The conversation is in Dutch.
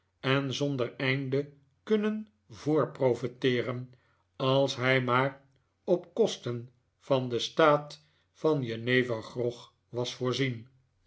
en zonder einde kunnen voortprofeteeren als hij maar op kosten van den staat van jenevergrog was voorzien